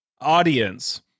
audience